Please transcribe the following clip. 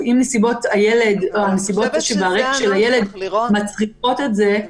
אם נסיבות הילד והרקע שלו מצדיקים --- לירון,